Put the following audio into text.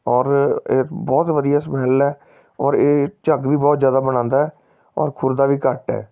ਔਰ ਇਹ ਬਹੁਤ ਵਧੀਆ ਸਮੈਲ ਹੈ ਔਰ ਇਹ ਝੱਗ ਵੀ ਬਹੁਤ ਜ਼ਿਆਦਾ ਬਣਾਉਂਦਾ ਹੈ ਔਰ ਖੁਰਦਾ ਵੀ ਘੱਟ ਹੈ